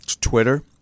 Twitter